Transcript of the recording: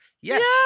Yes